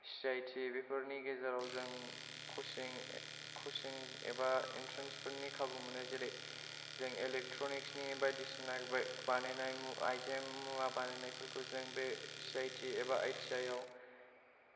C I T बेफोरनि गेजेराव जों कचिं कचिं एबा एन्ट्रेन्सफोरनि खाबु मोनो जेरै जों एलेकट्रनिक्सनि बायदिसिना बानायनाय आयजें मुवा बानायनायफोरखौ जों बे सि आइ टि एबा आइ टि आइ आव